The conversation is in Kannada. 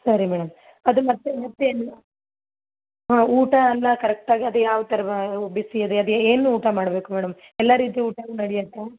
ಸರಿ ಮೇಡಮ್ ಅದು ಮತ್ತೆ ಮತ್ತೇನು ಹಾಂ ಊಟ ಅಲ್ಲಾ ಕರೆಕ್ಟ್ ಆಗಿ ಅದೇ ಯಾವ್ತರ ಬಿಸಿ ಇದೆ ಅದೇ ಏನು ಊಟ ಮಾಡಬೇಕು ಮೇಡಮ್ ಎಲ್ಲಾ ರೀತಿ ಊಟನೂ ನಡಿಯುತ್ತಾ